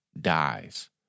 dies